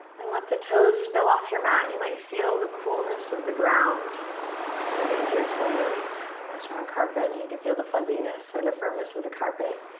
then let the toes spill off your mat. you might feel the coolness of the ground underneath your toes, unless you're on carpet, and then you can feel the fuzziness or the firmness of the carpet.